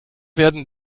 werden